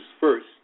first